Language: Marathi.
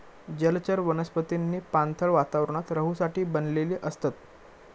जलचर वनस्पतींनी पाणथळ वातावरणात रहूसाठी बनलेली असतत